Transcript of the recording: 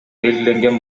белгиленген